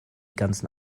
ganzen